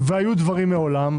והיו דברים מעולם,